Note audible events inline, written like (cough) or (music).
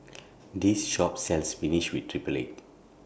(noise) This Shop sells Spinach with Triple Egg